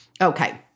Okay